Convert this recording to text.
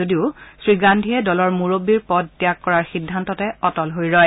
অৱেশ্য শ্ৰী গান্ধীয়ে দলৰ মুৰববীৰ পদ ত্যাগ কৰাৰ সিদ্ধান্ততে অটল হৈ ৰয়